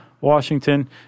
Washington